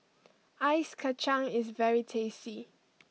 Ice Kacang is very tasty